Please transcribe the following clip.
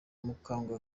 mukambwe